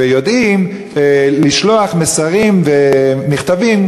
ויודעים לשלוח מסרים ומכתבים.